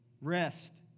rest